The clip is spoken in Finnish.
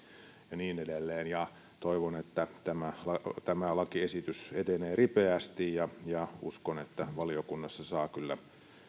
ja niin edelleen toivon että tämä tämä lakiesitys etenee ripeästi ja uskon että valiokunnassa saa kyllä